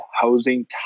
housing